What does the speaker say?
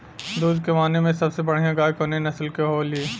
दुध के माने मे सबसे बढ़ियां गाय कवने नस्ल के होली?